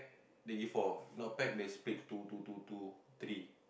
they give four if not pack they split two two two two three